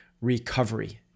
recovery